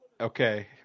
Okay